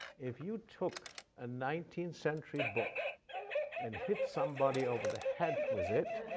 if you took a nineteenth century book and hit somebody over the head with it,